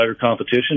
competition